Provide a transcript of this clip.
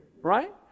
Right